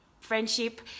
friendship